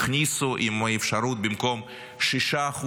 שהכניסו עם האפשרות לשלם במקום 6%,